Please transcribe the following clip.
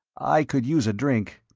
i could use a drink.